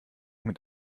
mit